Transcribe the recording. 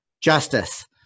justice